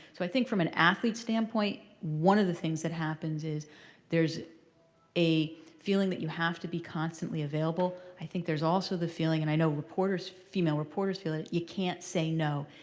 so i think from an athlete standpoint, one of the things that happens is there's a feeling that you have to be constantly available. i think there's also the feeling, and i know female reporters feel it, you can't say no.